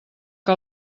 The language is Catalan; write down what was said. que